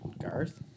Garth